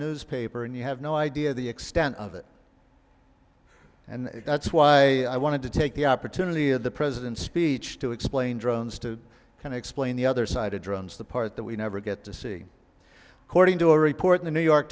newspaper and you have no idea of the extent of it and that's why i wanted to take the opportunity of the president's speech to explain drones to and explain the other side of drones the part that we never get to see according to a report in the new york